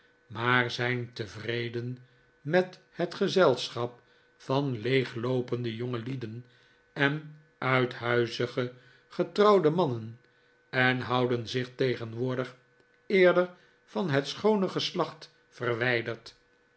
maar zijn tevreden met het gezelschap van leegloopende jongelieden en uithuizige getrouwde mannen en houden zich tegenwoordig eerder van het schoone geslacht verwijderd